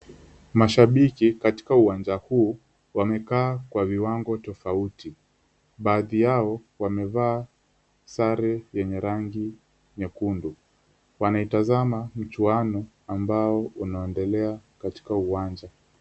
Mashabiki katika uwanja huu, wamekaa kwa viwango tofauti. Baadhi yao wamevaa sare yenye rangi nyekundu wanaitazama mchuano ambao unaendelea katika uwanja.